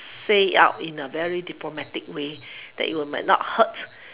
say it out in a very diplomatic way that it might not hurt